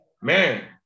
Man